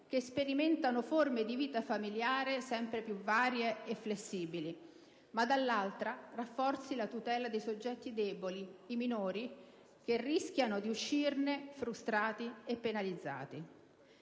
che sperimentano forme di vita familiare sempre più varie e flessibili, ma che dall'altro lato rafforzi la tutela dei soggetti deboli, i minori, che rischiano di uscirne frustrati e penalizzati.